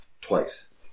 Twice